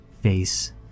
face